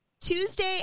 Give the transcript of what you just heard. Tuesday